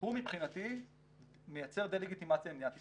הוא מבחינתי מייצר דה-לגיטימציה למדינת ישראל.